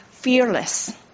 fearless